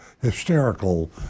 hysterical